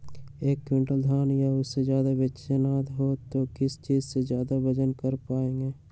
एक क्विंटल धान या उससे ज्यादा बेचना हो तो किस चीज से जल्दी वजन कर पायेंगे?